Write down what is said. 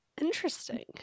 Interesting